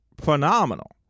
phenomenal